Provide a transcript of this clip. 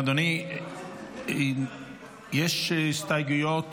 אדוני, יש הסתייגויות